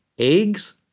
eggs